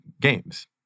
games